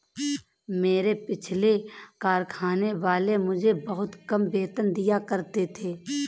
मेरे पिछले कारखाने वाले मुझे बहुत कम वेतन दिया करते थे